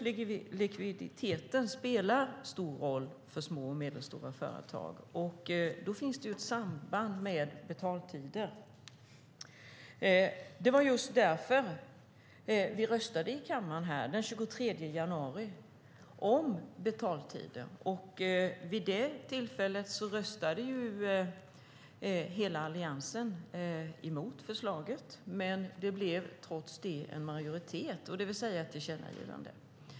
Likviditeten spelar som sagt stor roll för små och medelstora företag, och här finns ett samband med betaltider. Det var just därför vi den 23 januari röstade i kammaren om betaltider. Hela Alliansen röstade emot förslaget, men det blev trots det en majoritet, det vill säga ett tillkännagivande.